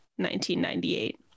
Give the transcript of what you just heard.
1998